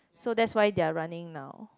so that's why they are running now